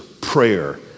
prayer